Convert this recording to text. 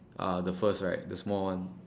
are the first right the small one